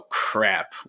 crap